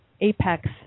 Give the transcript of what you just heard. Apex